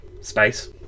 Space